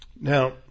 Now